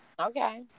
Okay